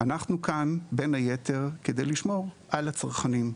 אנחנו כאן, בין היתר, כדי לשמור על הצרכנים.